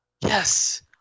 Yes